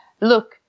Look